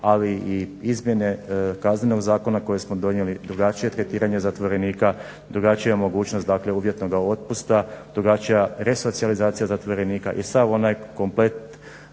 ali i izmjene Kaznenog zakona koje smo donijeli, drugačije tretiranje zatvorenika, drugačija mogućnost, dakle uvjetnoga otpusta, drugačija resocijalizacija zatvorenika i sav onaj komplet